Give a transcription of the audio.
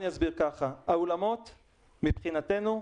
אני אסביר, האולמות מבחינתנו,